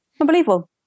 Unbelievable